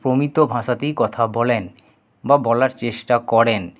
প্রমিত ভাষাতেই কথা বলেন বা বলার চেষ্টা করেন